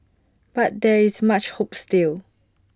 but there is much hope still